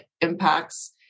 impacts